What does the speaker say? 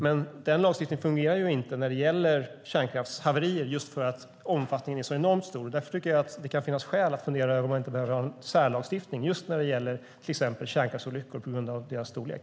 Men den lagstiftningen fungerar inte när det gäller kärnkraftshaverier just för att omfattningen är så enormt stor. Därför tycker jag att det kan finnas skäl att fundera över om man inte behöver ha en särlagstiftning just när det gäller till exempel kärnkraftsolyckor på grund av deras storlek.